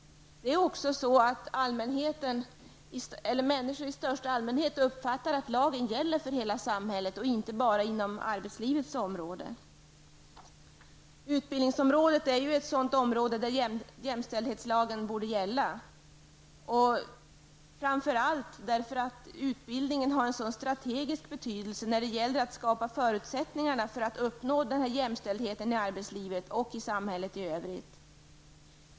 Det är också så att människor i största allmänhet uppfattar att lagen gäller för hela samhället och inte bara på arbetslivets område. Utbildningsområdet är ett område där jämställdhetslagen borde gälla, framför allt därför att utbildningen har en strategisk betydelse när det gäller att skapa förutsättningar för att uppnå jämställdhet i arbetslivet och i samhället i övrigt.